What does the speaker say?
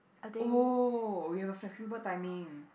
oh we have a flexible timing